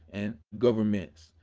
and governments.